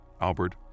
Albert